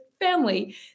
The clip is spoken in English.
family